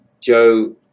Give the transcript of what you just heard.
Joe